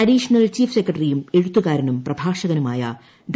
മുൻ additional chief സെക്രട്ടറിയും എഴുത്തുകാരനും പ്രഭാഷകനുമായ ഡോ